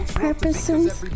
purposes